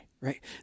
Right